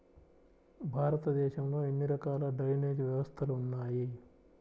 భారతదేశంలో ఎన్ని రకాల డ్రైనేజ్ వ్యవస్థలు ఉన్నాయి?